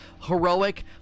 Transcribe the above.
heroic